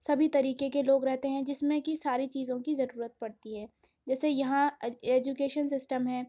سبھی طریقے کے لوگ رہتے ہیں جس میں کہ ساری چیزوں کی ضرورت پڑتی ہے جیسے یہاں ایجوکیشن سسٹم ہے